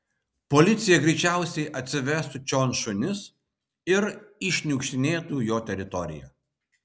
policija greičiausiai atsivestų čion šunis ir iššniukštinėtų jo teritoriją